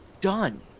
done